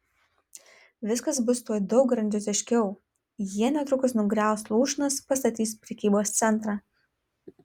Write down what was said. viskas bus tuoj daug grandioziškiau jie netrukus nugriaus lūšnas pastatys prekybos centrą